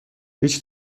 هیچ